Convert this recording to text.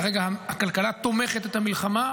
כרגע הכלכלה תומכת את המלחמה.